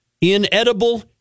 inedible